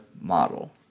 model